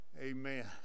Amen